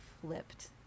flipped